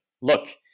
look